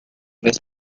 vez